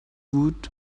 woot